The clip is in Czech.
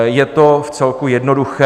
Je to vcelku jednoduché.